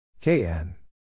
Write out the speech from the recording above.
KN